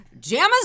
Jammas